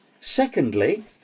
secondly